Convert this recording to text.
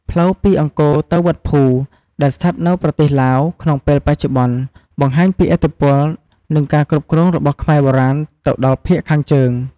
ផ្លូវពីអង្គរទៅវត្តភូ ដែលស្ថិតនៅប្រទេសឡាវក្នុងពេលបច្ចុប្បន្ន បង្ហាញពីឥទ្ធិពល និងការគ្រប់គ្រងរបស់ខ្មែរបុរាណទៅដល់ភាគខាងជើង។